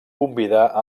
convidar